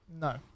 No